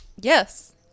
Yes